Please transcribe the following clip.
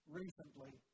recently